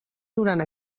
durant